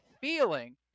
feeling